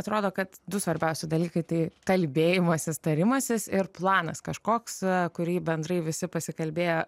atrodo kad du svarbiausi dalykai tai kalbėjimasis tarimasis ir planas kažkoks kurį bendrai visi pasikalbėję